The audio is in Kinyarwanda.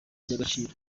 n’agaciro